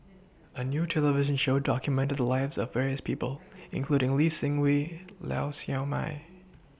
A New television Show documented The Lives of various People including Lee Seng Wee Lau Siew Mei